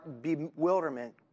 bewilderment